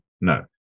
No